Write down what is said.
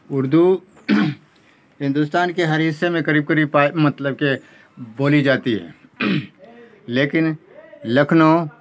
اردو ہندوستان کے ہر حصے میں قریب قریب مطلب کہ بولی جاتی ہے لیکن لکھنؤ